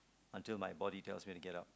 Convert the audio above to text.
until my body tells me to get up